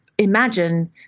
imagine